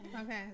Okay